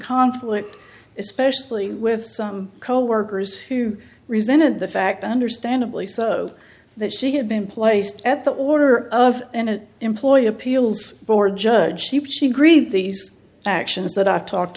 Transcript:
conflict especially with some coworkers who resented the fact understandably so that she had been placed at the order of an employee appeals court judge she agreed these actions that i talked